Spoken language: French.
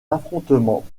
affrontements